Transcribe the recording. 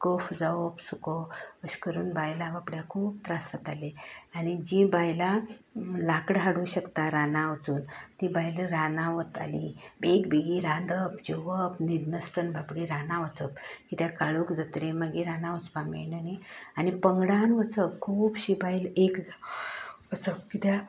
कफ जावप सुको अश करून बायलां बाबड्यांक खूब त्रास जातालें आनी जीं बायलां लांकडां हाडूंक शकतात रानां वचून ती बायलां रानांत वताली बेग बेगीन रांदप जेवप न्हिदना आसतना बाबडी रानां वचप कित्याक काळोख जातगीर मागीर रानां वचपाक मेळना न्ही आनी पंगडान वचप खुबशीं बायलां एक जावप वचप कित्याक